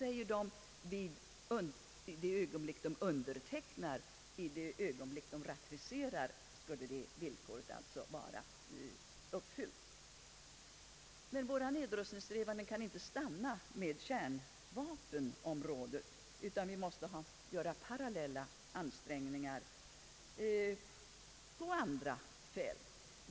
I det ögonblick man ratificerar skulle det villkoret alltså vara uppfyllt. Våra nedrustningssträvanden kan emellertid inte stanna vid kärnvapenområdet, utan vi måste göra parallella ansträngningar på andra fält.